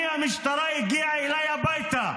אני, המשטרה הגיעה אליי הביתה